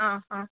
ହଁ ହଁ